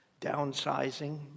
downsizing